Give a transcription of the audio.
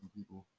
people